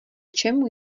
čemu